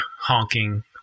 honking